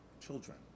children